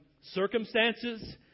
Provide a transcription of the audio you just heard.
circumstances